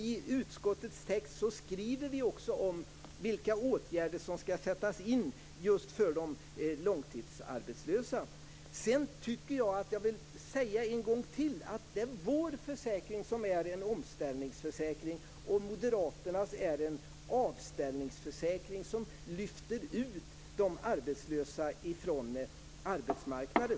I utskottets text beskriver vi också vilka åtgärder som skall sättas in just för de långtidsarbetslösa. Jag vill en gång till säga att det är vår försäkring som är en omställningsförsäkring, medan moderaternas är en avställningsförsäkring som lyfter ut de arbetslösa från arbetsmarknaden.